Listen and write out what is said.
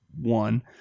one